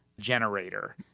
generator